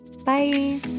bye